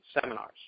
seminars